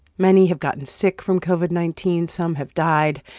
many have gotten sick from covid nineteen. some have died.